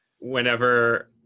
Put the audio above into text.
whenever